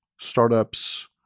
startups